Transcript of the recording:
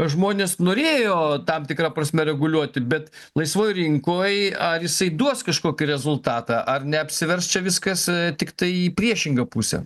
žmonės norėjo tam tikra prasme reguliuoti bet laisvoj rinkoj ar jisai duos kažkokį rezultatą ar neapsivers čia viskas tiktai į priešingą pusę